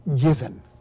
Given